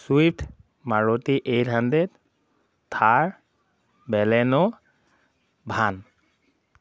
Swift Maruti eight hundred Thar Baleno van